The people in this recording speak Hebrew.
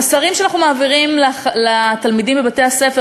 המסרים שאנחנו מעבירים לתלמידים בבתי-הספר